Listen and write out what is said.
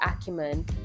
acumen